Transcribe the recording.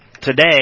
Today